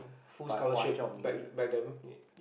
full scholarship back back then